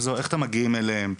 איך אתם מגיעים אליהם?